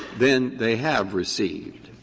then they have received